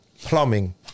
Plumbing